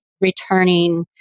returning